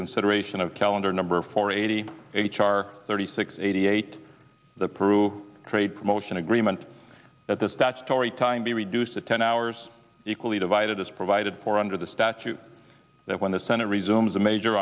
consideration of calendar number four eighty h r thirty six eighty eight the peru trade promotion agreement at the statutory time be reduced to ten hours equally divided as provided for under the statute that when the senate resumes a major